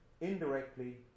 Indirectly